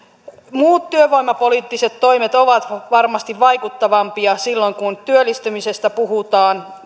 muut työvoimapoliittiset toimet ovat varmasti vaikuttavampia silloin kun työllistymisestä puhutaan